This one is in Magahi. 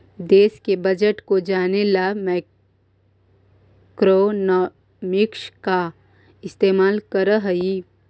देश के बजट को जने ला मैक्रोइकॉनॉमिक्स का इस्तेमाल करल हई